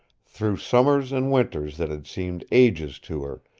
through summers and winters that had seemed ages to her,